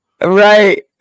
Right